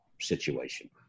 situation